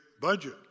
budget